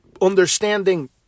understanding